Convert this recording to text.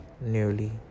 nearly